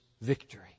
victory